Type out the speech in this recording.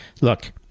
Look